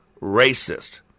racist